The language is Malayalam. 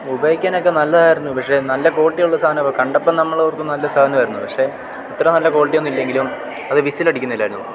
ഉപയോഗിക്കാനൊക്കെ നല്ലതായിരുന്നു പക്ഷേ നല്ല ക്വാളിറ്റി ഉള്ള സാധനമാണ് കണ്ടപ്പം നമ്മളോർത്തു നല്ല സാധനമായിരുന്നു പക്ഷേ ഇത്ര നല്ല ക്വാളിറ്റിയൊന്നുവില്ലെങ്കിലും അത് വിസിലടിക്കുന്നില്ലായിരുന്നു